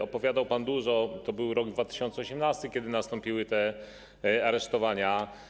Opowiadał pan o tym dużo, to był rok 2018, kiedy nastąpiły te aresztowania.